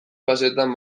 fasetan